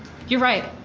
you're right.